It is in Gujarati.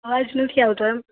અવાજ નથી આવતો એમ